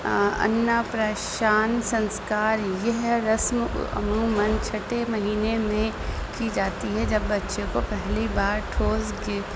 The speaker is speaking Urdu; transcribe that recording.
اننا پراشان سنسکار یہ رسم عموماً چھٹے مہینے میں کی جاتی ہے جب بچوں کو پہلی بار ٹھوس کے